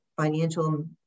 financial